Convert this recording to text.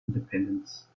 independence